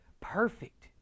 perfect